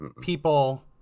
People